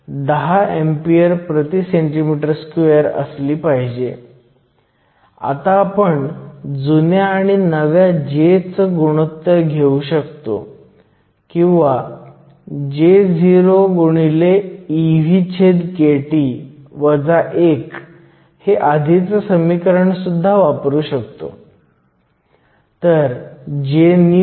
तर Jso तुम्ही थेट भरू शकता आणि अंतिम उत्तर लिहू शकता परंतु तुम्ही थेट भरू शकता Jso हे 2